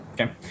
Okay